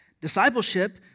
discipleship